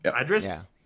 Idris